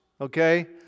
okay